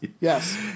yes